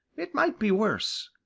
it might be worse.